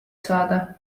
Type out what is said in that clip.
saada